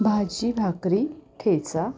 भाजी भाकरी ठेचा